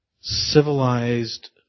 civilized